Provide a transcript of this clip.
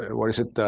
and what is it,